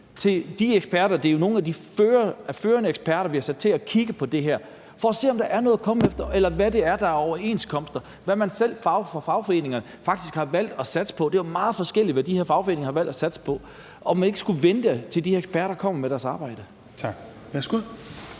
det er jo nogle af de førende eksperter, vi har sat til at kigge på det her – for at se, om der er noget at komme efter, eller hvad det er, der er overenskomster, og hvad man selv fra foreningernes side faktisk har valgt at satse på. Det er jo meget forskelligt, hvad de her fagforeninger har valgt at satse på, og skulle man ikke vente, til de her eksperter kommer med deres arbejde? Kl. 22:47